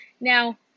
Now